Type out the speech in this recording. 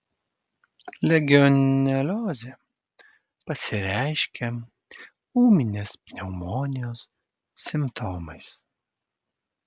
legioneliozė pasireiškia ūminės pneumonijos simptomais